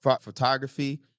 photography